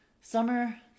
summer